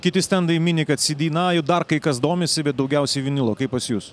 kiti stendai mini kad cd na ir dar kai kas domisi bet daugiausiai vinilu kaip pas jus